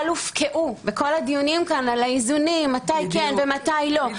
הופקעו בכל הדיונים כאן על האיזונים מתי כן ומתי לא,